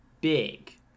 big